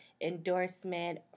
endorsement